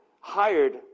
hired